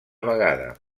vegada